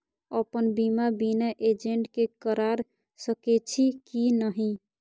अपन बीमा बिना एजेंट के करार सकेछी कि नहिं?